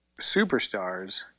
superstars